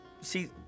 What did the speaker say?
See